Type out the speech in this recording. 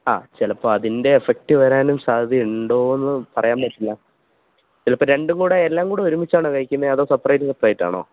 ആ ചിലപ്പോള് അതിൻ്റെ എഫെക്ട് വരാനും സാധ്യതയുണ്ടോന്ന് പറയാന് പറ്റില്ല ചിലപ്പോള് രണ്ടും കൂടെ എല്ലാം കൂടെ ഒരുമിച്ചാണോ കഴിക്കുന്നേ അതോ സെപ്റേറ്റ് സെപ്പറേറ്റാണോ